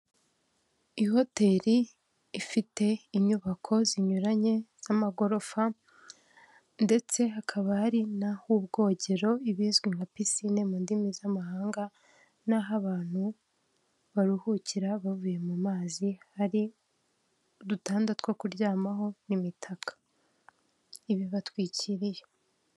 Ihoteri ifite inyubako zinyuranye z'amagorofa ndetse hakaba hari n'ah'ubwogero ibizwi nka pisine mu ndimi z'amahanga n'aho abantu baruhukira bavuye mu mazi hari udutanda two kuryamaho n'imitaka iba ibatwikiriye.